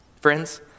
Friends